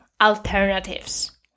alternatives